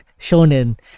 Shonen